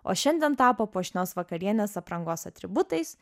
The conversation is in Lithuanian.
o šiandien tapo puošnios vakarienės aprangos atributais